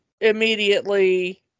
immediately